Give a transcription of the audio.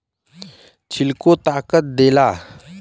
छिलको ताकत देला